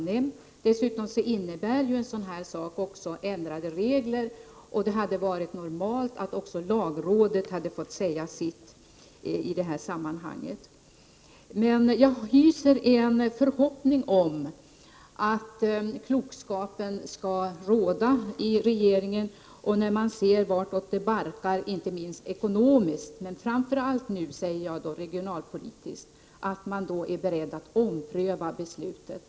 Dessutom innebär en sådan här sak ändrade regler, och det hade varit normalt att även lagrådet hade fått yttra sig i detta sammanhang. Jag hyser emellertid en förhoppning om att klokskap skall råda i regeringen och att man, när man ser vartåt det barkar ekonomiskt men framför allt regionalpolitiskt sett, är beredd att ompröva beslutet.